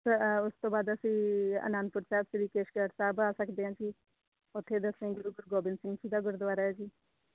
ਉਸ ਤੋਂ ਬਾਅਦ ਅਸੀਂ ਅਨੰਦਪੁਰ ਸਾਹਿਬ ਸ਼੍ਰੀ ਕੇਸਗੜ੍ਹ ਸਾਹਿਬ ਆ ਸਕਦੇ ਹਾਂ ਜੀ ਉੱਥੇ ਦਸਵੇਂ ਗੁਰੂ ਗੁਰੂ ਗੋਬਿੰਦ ਸਿੰਘ ਜੀ ਦਾ ਗੁਰਦੁਆਰਾ ਹੈ ਜੀ